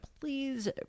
please